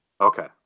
Okay